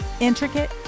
Intricate